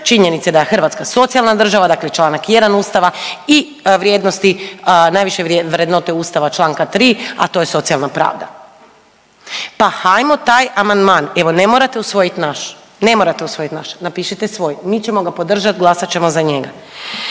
činjenice da je Hrvatska socijalna država, dakle Članak 1. Ustava i vrijednosti, najviše vrednote Ustava Članka 3., a to je socijalna pravda. Pa hajmo taj amandman, evo ne morate usvojit naš, ne morate usvojit naš, napišite svoj mi ćemo ga podržat, glasat ćemo za njega.